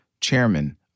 chairman